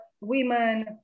women